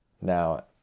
now